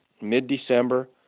mid-December